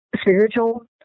spiritual